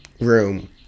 room